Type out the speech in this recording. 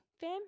fam